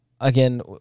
again